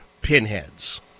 pinheads